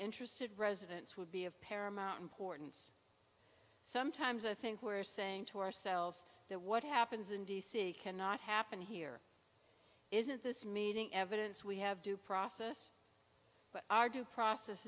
interested residents would be of paramount importance sometimes i think we're saying to ourselves that what happens in d c cannot happen here isn't this meeting evidence we have due process but our due process